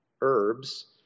herbs